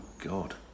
God